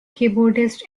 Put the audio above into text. keyboardist